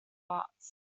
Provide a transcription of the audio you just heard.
arts